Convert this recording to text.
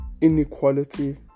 inequality